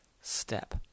step